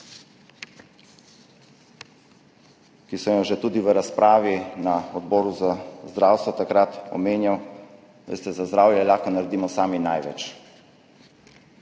ki sem jo že tudi v razpravi na Odboru za zdravstvo takrat omenjal. Veste, za zdravje lahko naredimo sami največ.